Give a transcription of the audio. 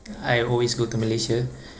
I always go to Malaysia